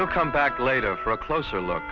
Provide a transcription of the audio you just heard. we'll come back later for a closer look